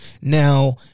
Now